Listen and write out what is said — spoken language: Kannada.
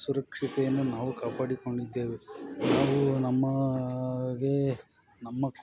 ಸುರಕ್ಷತೆಯನ್ನು ನಾವು ಕಾಪಾಡಿಕೊಂಡಿದ್ದೇವೆ ನಾವು ನಮ್ಮ ಗೆ ನಮ್ಮ